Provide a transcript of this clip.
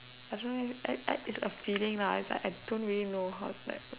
I don't know leh I I it's a feeling lah it's like I don't really know how to like